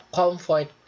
comfort